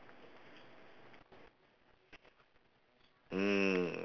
mm